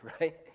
right